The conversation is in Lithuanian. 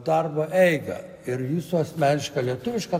darbo eigą ir jūsų asmenišką lietuvišką